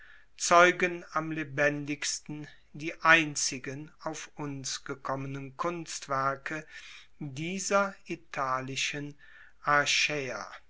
zeugen am lebendigsten die einzigen auf uns gekommenen kunstwerke dieser italischen